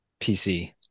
PC